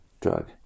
drug